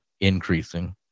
increasing